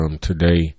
today